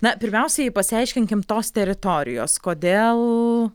na pirmiausia pasiaiškinkim tos teritorijos kodėl